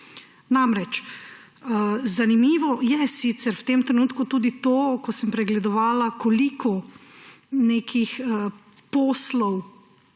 Namreč zanimivo je sicer v tem trenutku tudi to, ko sem pregledovala, koliko nekih poslov,